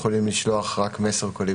הוא מתגלה כאיש החזק.